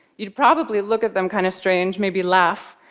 you'd probably look at them kind of strange, maybe laugh,